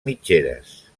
mitgeres